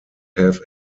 have